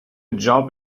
job